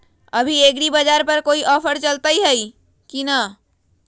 अभी एग्रीबाजार पर कोई ऑफर चलतई हई की न?